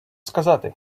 сказати